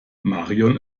marion